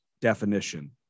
definition